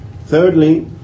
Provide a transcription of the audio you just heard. Thirdly